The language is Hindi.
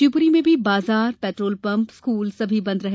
शिवपुरी में भी बाजार पेट्रोल पंप स्कूल सभी बंद रहे